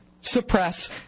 suppress